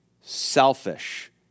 selfish